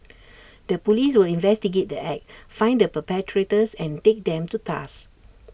the Police will investigate the act find the perpetrators and take them to task